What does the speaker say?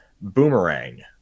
boomerang